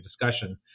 discussion